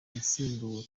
yasimbuwe